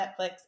netflix